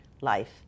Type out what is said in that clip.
life